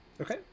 Okay